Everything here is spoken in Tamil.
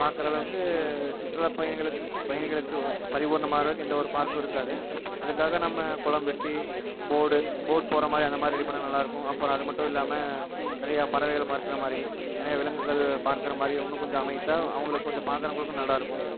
பார்க்குற அளவுக்கு சுற்றுலா பயணிகளுக்கு பயணிகளுக்கு பரிபூர்ணமாகிறக்கு எந்தவொரு பார்க்கும் இருக்காது அதுக்காக நம்ம குளம் வெட்டி போடு போட் போகிற மாதிரி அந்தமாதிரி ரெடி பண்ணால் நல்லாயிருக்கும் அப்புறம் அது மட்டும் இல்லாமல் நிறையா பறவைகளை பார்க்கிற மாதிரி நிறையா விலங்குகள் பார்க்கிற மாதிரி இன்னும் கொஞ்சம் அமைத்தால் அவங்களுக்கும் கொஞ்சம் பார்க்குறவங்களுக்கும் நல்லாயிருக்கும்